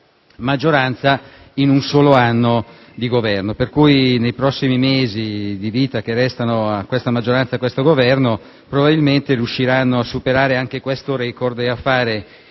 maggioranza in un solo anno di Governo. Per cui, nei prossimi mesi di vita che restano alla maggioranza e al Governo, probabilmente si riuscirà a superare anche questo record e a porre